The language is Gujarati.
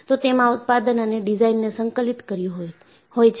તો તેમાં ઉત્પાદન અને ડિઝાઇનને સંકલિત કર્યું હોય છે